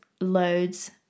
loads